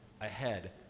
ahead